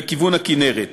לכיוון הכינרת.